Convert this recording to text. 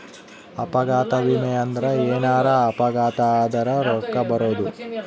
ಅಪಘಾತ ವಿಮೆ ಅಂದ್ರ ಎನಾರ ಅಪಘಾತ ಆದರ ರೂಕ್ಕ ಬರೋದು